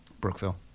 Brookville